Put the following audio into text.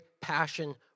passion